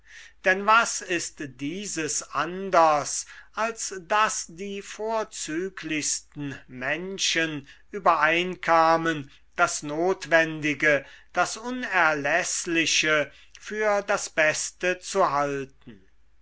denn was ist dieses anders als daß die vorzüglichsten menschen übereinkamen das notwendige das unerläßliche für das beste zu halten